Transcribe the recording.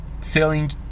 selling